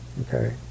Okay